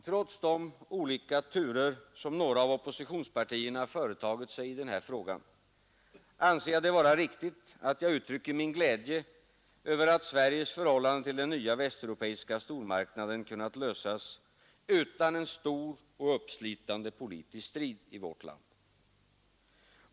Trots de olika turer som några av oppositionspartierna företagit sig i denna fråga anser jag det vara riktigt att uttrycka min glädje över att Sveriges förhållande till den nya västeuropeiska stormarknaden kunnat lösas utan en stor och uppslitande politisk strid i vårt land.